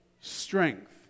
strength